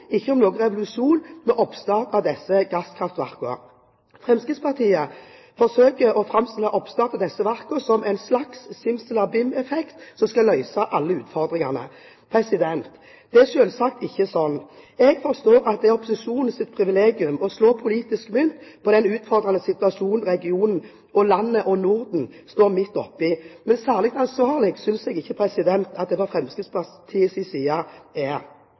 ikke om noen revolusjon ved oppstart av disse gasskraftverkene. Fremskrittspartiet forsøker å framstille oppstart av disse verkene som en slags simsalabim-effekt som skal løse alle utfordringene. Det er selvsagt ikke slik. Jeg forstår at det er opposisjonens privilegium å slå politisk mynt på den utfordrende situasjonen regionen, landet og Norden står midt oppe i, men særlig ansvarlig synes jeg ikke det er fra Fremskrittspartiets side. Statnett har søkt om dispensasjon fra konsesjonsvilkårene når det